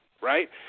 right